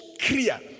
clear